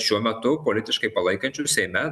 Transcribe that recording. šiuo metu politiškai palaikančių seime